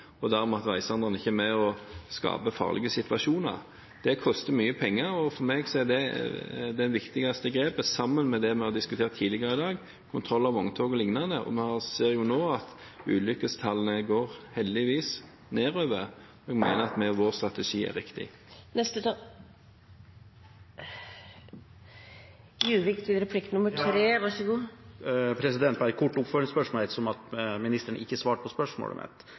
og dermed ikke er med på å skape farlige situasjoner. Det koster mye penger, og for meg er det det viktigste grepet, sammen med det vi har diskutert tidligere i dag: kontroll av vogntog o.l. Vi ser jo nå at ulykkestallene går nedover – heldigvis. Vi mener at vår strategi er riktig. Representanten Kjell-Idar Juvik – til replikk nr. 3. Et kort oppfølgingsspørsmål – siden ministeren ikke svarte på spørsmålet mitt,